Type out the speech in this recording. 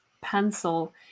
pencil